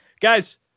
Guys